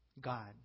God